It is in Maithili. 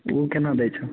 ओ केना दै छो